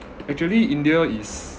actually india is